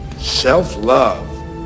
Self-love